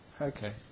Okay